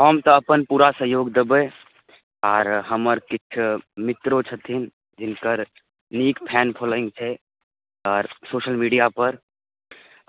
हम तऽ अपन पूरा सहयोग देबै आओर हमर किछु मित्रो छथिन जिनकर नीक फैन फॉलोइंग छै आओर सोशल मीडियापर